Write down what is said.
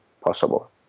possible